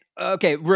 okay